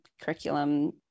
curriculum